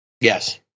yes